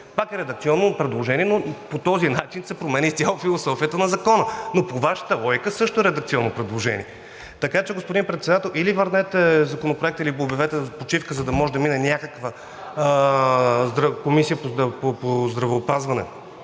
Пак е редакционно предложение, но по този начин се променя изцяло философията на Закона, но по Вашата логика също е редакционно предложение. Така че, господин Председател, или върнете Законопроекта, или обявете почивка, за да може да мине някаква Комисия по здравеопазване,